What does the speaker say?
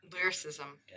Lyricism